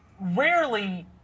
rarely